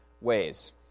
ways